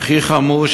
והכי חמור,